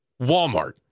Walmart